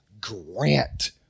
grant